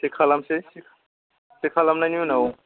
check खालामनोसै check खालामनायनि उनाव